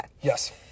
yes